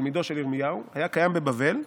תלמידו של ירמיהו היה קיים בבבל,